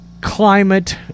climate